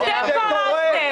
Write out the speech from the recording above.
עמר, בינתיים אתם קרסתם.